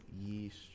yeast